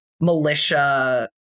militia